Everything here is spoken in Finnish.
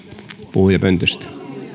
puhujapöntöstä